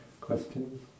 questions